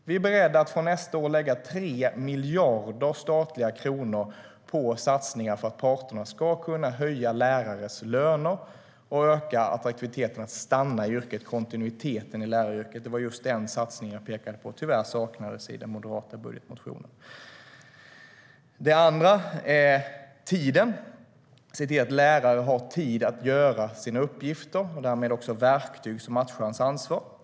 Vi är beredda att från nästa år lägga 3 miljarder statliga kronor på satsningar för att parterna ska kunna höja lärares löner och öka attraktiviteten att stanna i yrket. Det handlar om kontinuiteten i läraryrket; det var just den satsningen jag pekade på. Tyvärr saknades det i den moderata budgetmotionen. Den andra saken är tid. Vi måste se till att lärare har tid att göra sina uppgifter och därmed också verktyg som matchar deras ansvar.